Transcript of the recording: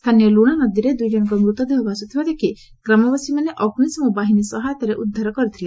ସ୍ଥାନୀୟ ଲୁଶାନଦୀରେ ଦୁଇଜଶଙ୍କ ମୂତଦେହ ଭାସୁଥିବା ଦେଖ ଗ୍ରାମବାସୀମାନେ ଅଗ୍ରିଶମ ବାହିନୀ ସହାୟତାରେ ଉଦ୍ଧାର କରିଥିଲେ